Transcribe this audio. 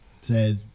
says